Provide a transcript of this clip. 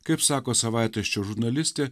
kaip sako savaitraščio žurnalistė